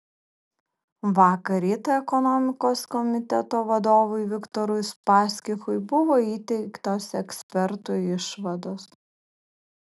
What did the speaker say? vakar rytą ekonomikos komiteto vadovui viktorui uspaskichui buvo įteiktos ekspertų išvados